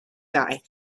guy